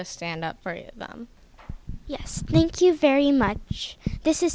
to stand up for it yes thank you very much this is